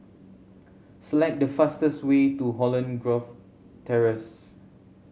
select the fastest way to Holland Grove Terrace